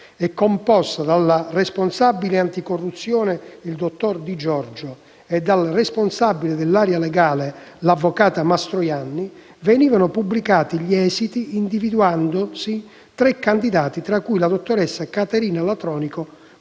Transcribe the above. e composta dal responsabile anticorruzione (dottor Di Giorgio) e dal responsabile dell'area legale (avvocato Mastroianni), venivano pubblicati gli esiti, individuandosi tre candidati, tra cui la dottoressa Caterina Latronico,